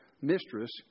mistress